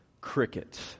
crickets